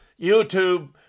YouTube